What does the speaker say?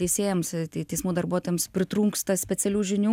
teisėjams teismų darbuotojams pritrūksta specialių žinių